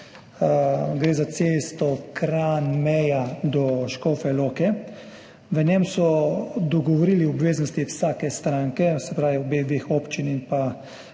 gre za cesto Kranj–Meja do Škofje Loke. V njem so dogovorili obveznosti vsake stranke, se pravi obeh občin in